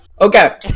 Okay